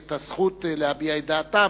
את הזכות להביע את דעתן